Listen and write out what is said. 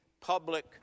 public